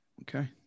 Okay